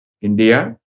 India